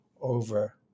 over